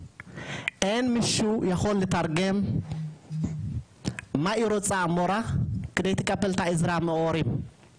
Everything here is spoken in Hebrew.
אין מישהו שיכול לתרגם מה היא רוצה המורה כדי לקבל את העזרה מההורים,